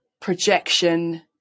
projection